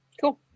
Cool